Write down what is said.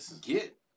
get